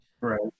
Right